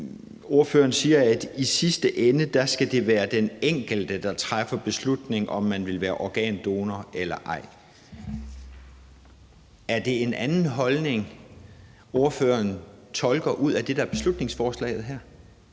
ordføreren siger, at i sidste ende skal det være den enkelte, der træffer beslutning om, om man vil være organdonor eller ej. Er det en anden holdning, ordføreren tolker ud af det, der er beslutningsforslaget her?